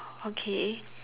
okay